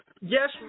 Yes